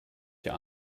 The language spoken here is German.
dir